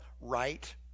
right